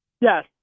Yes